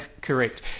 correct